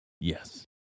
Yes